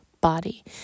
body